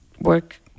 work